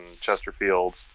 Chesterfield